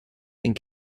and